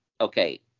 Okay